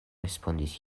respondis